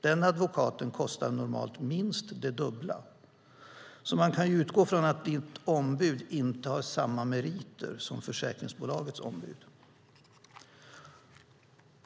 Den advokaten kostar normalt minst det dubbla, så man kan ju utgå från att ditt ombud inte har samma meriter som försäkringsbolagets ombud.